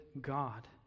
God